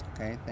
Okay